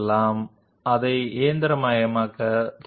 So for that some free form surface modeling methods are present